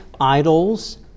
idols